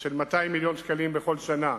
של 200 מיליון שקלים בכל שנה,